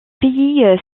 pays